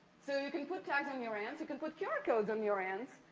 so, you can put tags on your ants. you can put qr codes on your ants.